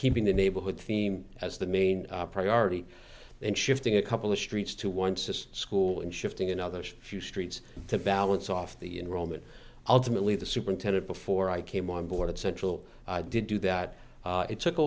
keeping the neighborhood theme as the mean priority and shifting a couple of streets to once this school and shifting another few streets to balance off the in rome and ultimately the superintendent before i came on board central did do that it took a